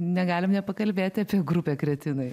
negalim nepakalbėti apie grupę kretinai